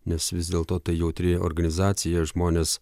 nes vis dėlto tai jautri organizacija žmonės